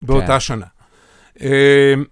באותה שנה.